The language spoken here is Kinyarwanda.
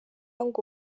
ngo